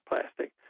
plastic